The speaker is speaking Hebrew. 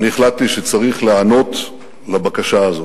החלטתי שצריך להיענות לבקשה הזאת,